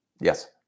Yes